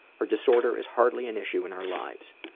her disorder is hardly an issue in our lives.